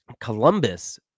Columbus